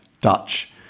Dutch